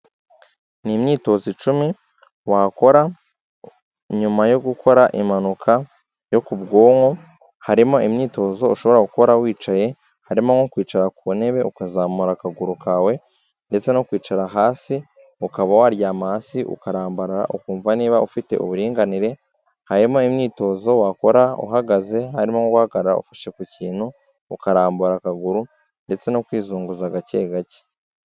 Ni imyitozo icumi wakora, nyuma yo gukora impanuka yo ku bwonko, harimo imyitozo ushobora gukora wicaye, harimo nko kwicara ku ntebe ukazamura akaguru kawe, ndetse no kwicara hasi ukaba waryama hasi ukarambarara ukumva niba ufite uburinganire, harimo imyitozo wakora uhagaze harimo guhahagara ufashe ku kintu ukarambura akaguru, ndetse no kwizunguza gake gake.